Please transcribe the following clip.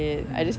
mm